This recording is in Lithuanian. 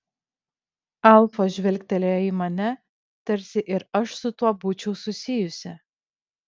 alfa žvilgtelėjo į mane tarsi ir aš su tuo būčiau susijusi